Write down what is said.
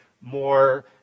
more